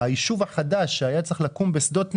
הישוב החדש שהיה צריך לקום בשדות נגב,